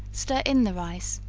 stir in the rice,